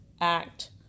act